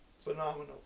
Phenomenal